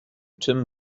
tim